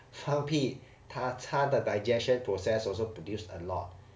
放屁他他的 digestion process also produced a lot